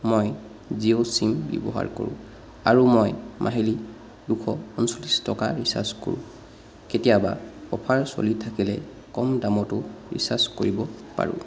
মই জিঅ' চিম ব্যৱহাৰ কৰোঁ আৰু মই মাহিলী দুশ পঞ্চল্লিছ টকাৰ ৰিচাৰ্জ কৰোঁ কেতিয়াবা অফাৰ চলি থাকিলে কম দামতো ৰিচাৰ্জ কৰিব পাৰোঁ